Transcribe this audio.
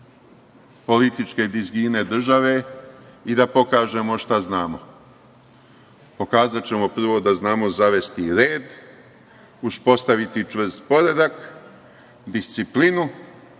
političke dizgine države i da pokažemo šta znamo. Pokazaćemo prvo da znamo zavesti red, uspostaviti čvrst poredak, disciplinu,